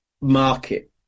market